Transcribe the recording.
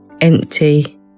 empty